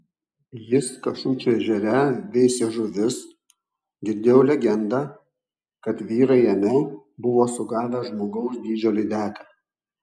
jis kašučių ežere veisė žuvis girdėjau legendą kad vyrai jame buvo sugavę žmogaus dydžio lydeką